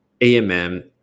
AMM